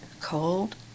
Cold